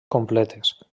completes